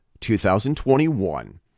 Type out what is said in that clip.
2021